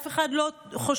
אף אחד לא חושב,